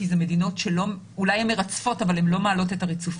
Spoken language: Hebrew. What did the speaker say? כי זה מדינות שאולי מרצפות אבל הן לא מעלות את הריצופים